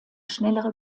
schnellere